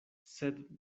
sed